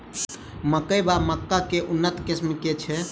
मकई वा मक्का केँ उन्नत किसिम केँ छैय?